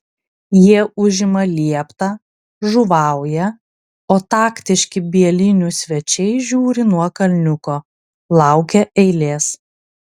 jie užima lieptą žuvauja o taktiški bielinių svečiai žiūri nuo kalniuko laukia eilės